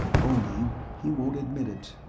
only he won't admit it.